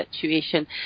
situation